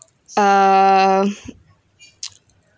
uh